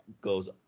goes